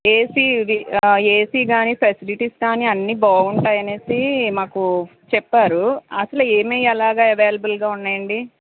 ఏసివి AC కానీ facilities కానీ అన్ని బాగుంటాయి అని మాకు చెప్పారు అసలు ఏమి ఎలాగా అవైలబుల్గా ఉన్నాయండి